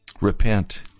Repent